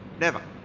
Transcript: never.